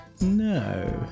No